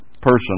person